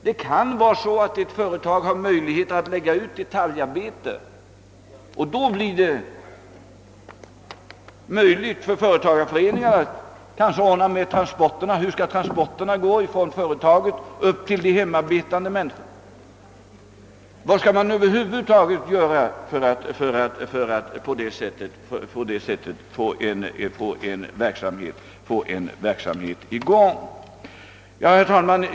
Det kan vara så, att ett företag har möjlighet att lägga ut detaljarbeten, och då kan företagarföreningarna kanske ordna med: hur transporterna skall gå från företaget till de hemarbetande människorna och se efter vad man över huvud taget skall göra för att på det sättet få en verksamhet i gång. Herr talman!